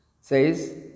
Says